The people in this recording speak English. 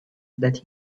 that